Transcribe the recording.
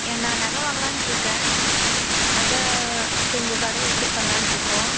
ஏ நான் நகை வாங்கலான்டிருக்கேன் அதுதான் சரி உங்கள் கடையை விசிட் பண்ணலான்ருக்கோம்